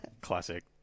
Classic